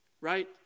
right